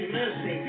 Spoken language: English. mercy